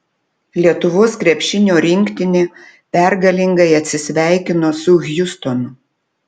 lietuvos krepšinio rinktinė pergalingai atsisveikino su hjustonu